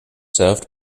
served